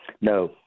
No